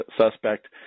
suspect